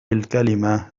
الكلمة